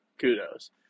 kudos